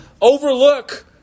overlook